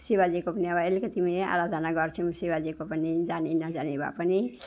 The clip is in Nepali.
शिवजीको पनि अब अलिकति ऊ यो आराधना गर्छौँ शिवाजीको पनि जानी नजानी भए पनि